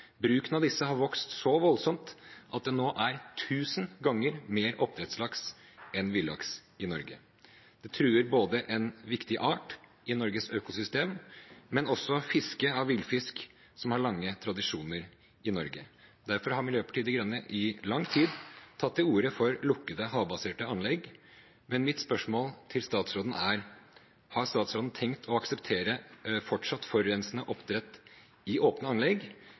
Bruken av disse har vokst så voldsomt at det nå er tusen ganger mer oppdrettslaks enn villaks i Norge. Det truer både en viktig art i Norges økosystem og også fisket av villfisk, som har lange tradisjoner i Norge. Derfor har Miljøpartiet De Grønne i lang tid tatt til orde for lukkede havbaserte anlegg. Mitt spørsmål til statsråden er: Har statsråden tenkt å akseptere fortsatt forurensende oppdrett i åpne anlegg?